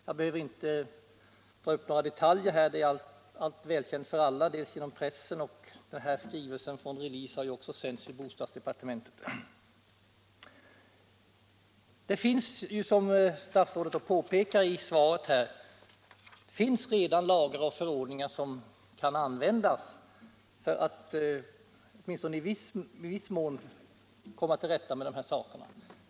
Jag behöver inte gå in på några detaljer i det ärendet; det är välkänt för alla genom pressen, och skrivelsen från Release har också sänts till bostadsdepartementet. Det finns, som statsrådet påpekat i svaret, redan lagar och förordningar som kan användas för att åtminstone i viss mån komma till rätta med dessa förhållanden.